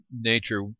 nature